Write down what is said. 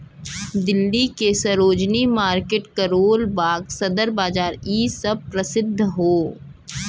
दिल्ली के सरोजिनी मार्किट करोल बाग सदर बाजार इ सब परसिध हौ